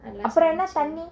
unless you want